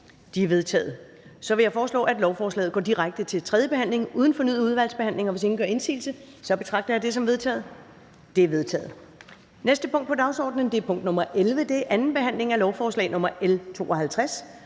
De er vedtaget. Jeg foreslår, at lovforslaget går direkte til tredje behandling uden fornyet udvalgsbehandling, og hvis ingen gør indsigelse, betragter jeg dette som vedtaget. Det er vedtaget. --- Det næste punkt på dagsordenen er: 23) 2. behandling af lovforslag nr.